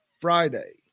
Friday